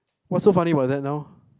what's so funny about that now